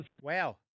Wow